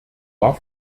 war